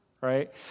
right